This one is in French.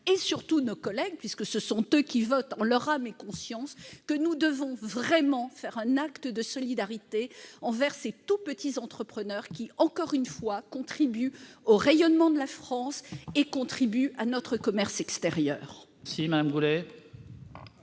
et, surtout, nos collègues- puisque ce sont eux qui voteront en leur âme et conscience -que nous devons vraiment poser un acte de solidarité envers ces petits entrepreneurs qui, encore une fois, contribuent au rayonnement de la France et à notre commerce extérieur. La parole